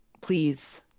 please